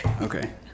Okay